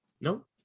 Nope